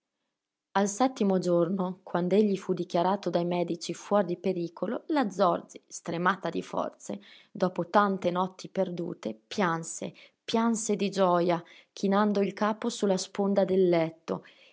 al settimo giorno quand'egli fu dichiarato dai medici fuor di pericolo la zorzi stremata di forze dopo tante notti perdute pianse pianse di gioja chinando il capo su la sponda del letto